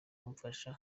kumfasha